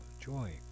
joy